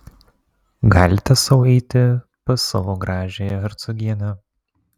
galite sau eiti pas savo gražiąją hercogienę